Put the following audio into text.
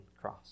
cross